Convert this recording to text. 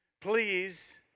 please